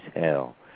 tell